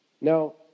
Now